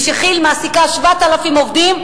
כשכי"ל מעסיקה 7,000 עובדים,